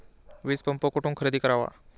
वीजपंप कुठून खरेदी करावा?